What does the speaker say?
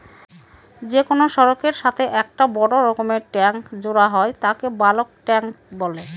যে কোনো সড়কের সাথে একটা বড় রকমের ট্যাংক জোড়া হয় তাকে বালক ট্যাঁক বলে